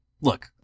look